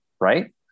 right